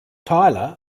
tyler